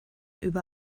über